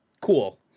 cool